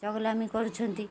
ଚଗଲାମୀ କରୁଛନ୍ତି